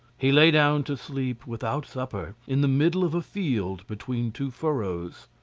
he lay down to sleep without supper, in the middle of a field between two furrows.